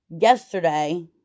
yesterday